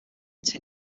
tin